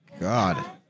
God